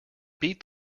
beat